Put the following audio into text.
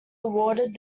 awarded